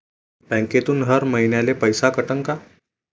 बँकेतून हर महिन्याले पैसा कटन का?